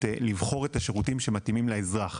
לבחור את השירותים שמתאימים לאזרח.